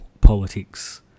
politics